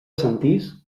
sentís